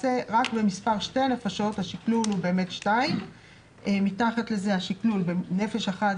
למעשה רק במספר של 2 נפשות השקלול הוא 2. מתחת לזה השקלול הוא נפש אחת,